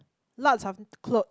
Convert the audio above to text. lots of clothes